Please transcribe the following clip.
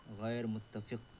غیر متفق